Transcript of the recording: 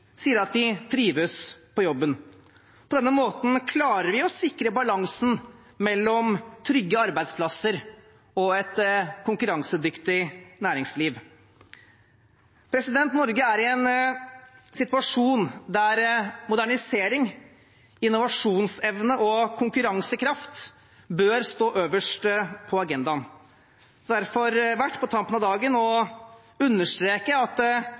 sier at de trives på jobben. På denne måten klarer vi å sikre balansen mellom trygge arbeidsplasser og et konkurransedyktig næringsliv. Norge er i en situasjon der modernisering, innovasjonsevne og konkurransekraft bør stå øverst på agendaen. Det er derfor verdt – på tampen av dagen – å understreke at